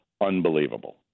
unbelievable